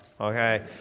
okay